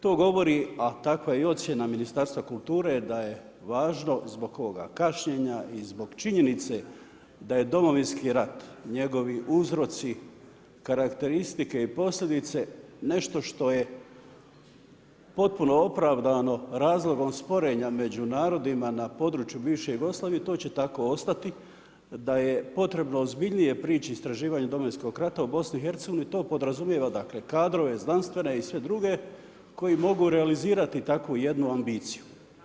To govori, a takva je i ocjena Ministarstva kulture da je važno ovoga kašnjenja i zbog činjenice da je Domovinski rat, njegovi uzroci, karakteristike i posljedice nešto što je potpuno opravdano razlogom sporenja među narodima na području bivše Jugoslavije, to će tako ostati, da je potrebno ozbiljnije prići istraživanju Domovinskog rata u BiH-u, to podrazumijeva dakle, kadrove znanstvene i sve druge koji mogu realizirati takvu jednu ambiciju.